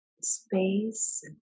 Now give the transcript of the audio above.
Space